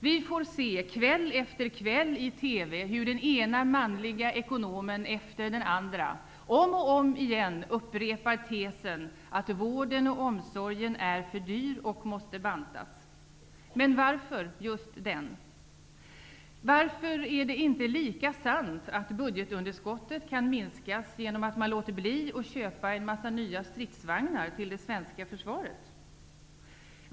Vi ser kväll efter kväll i TV hur den ena manliga ekonomen efter den andra om och om igen upprepar tesen att vården och omsorgen är för dyr och måste bantas. Men varför just den? Varför är det inte lika sant att budgetunderskottet kan minskas genom att man låter bli att köpa en massa nya stridsvagnar till det svenska försvaret?